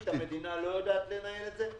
המדינה לא יודעת לנהל את זה,